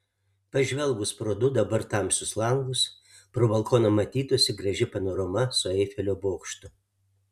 pažvelgus pro du dabar tamsius langus pro balkoną matytųsi graži panorama su eifelio bokštu